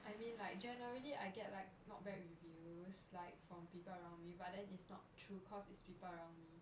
I mean like generally I get like not bad reviews like from people around me but then it's not true cause it's people around me